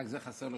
רק זה חסר לו,